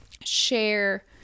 share